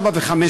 ארבע וחמש,